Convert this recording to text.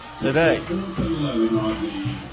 today